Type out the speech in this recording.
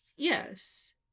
Yes